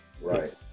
right